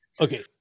Okay